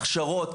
הכשרות,